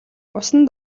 усан